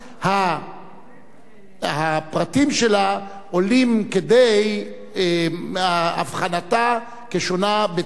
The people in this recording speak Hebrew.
הפרטים עולים כדי הבחנתה כשונה בתכלית,